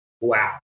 Wow